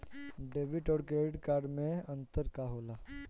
Debit और credit card मे अंतर का होला?